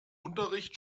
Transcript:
unterricht